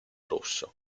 russo